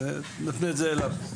אז אנחנו נפנה את זה אליו.